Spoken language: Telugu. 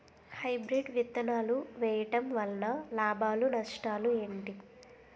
హైబ్రిడ్ విత్తనాలు వేయటం వలన లాభాలు నష్టాలు ఏంటి?